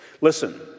Listen